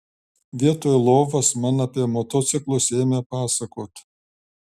vietoj lovos man apie motociklus ėmė pasakot